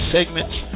Segments